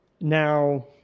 now